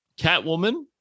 Catwoman